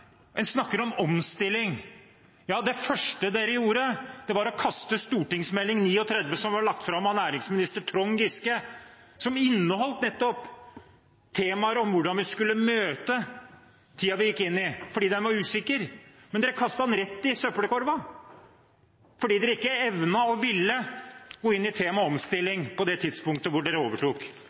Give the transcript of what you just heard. En snakker om omstilling. Ja, det første dere gjorde, var å kaste Meld. St. 39 for 2012–2013, som var lagt fram av næringsminister Trond Giske, og som inneholdt nettopp temaer om hvordan vi skulle møte tiden vi gikk inn i, fordi den var usikker. Men dere kastet den rett i søppelkorga fordi dere ikke evnet å ville gå inn i temaet omstilling på det tidspunktet da dere overtok.